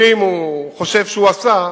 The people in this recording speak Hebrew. אם הוא חושב שהוא עשה,